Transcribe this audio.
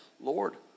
Lord